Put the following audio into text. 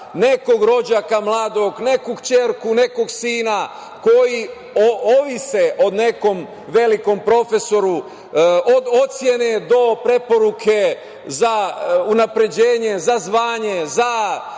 nekog rođaka mladog, neku kćerku, nekog sina koji ovise o nekom velikom profesoru, od ocene do preporuke za unapređenje za unapređenje, za